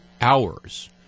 hours